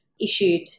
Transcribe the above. issued